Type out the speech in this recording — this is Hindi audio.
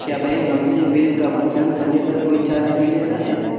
क्या बैंक हमसे बिल का भुगतान करने पर कोई चार्ज भी लेता है?